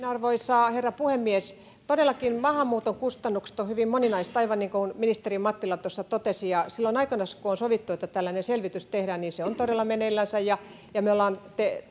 arvoisa herra puhemies todellakin maahanmuuton kustannukset ovat hyvin moninaiset aivan niin kuin ministeri mattila tuossa totesi kun aikoinaan on sovittu että tällainen selvitys tehdään niin se on todella meneillänsä ja ja me olemme